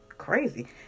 crazy